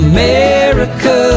America